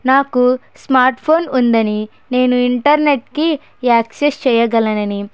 నాకు smartphone ఉందని నేను ఇంటర్నెట్కి యాక్సెస్ చేయగలను అని